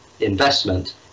investment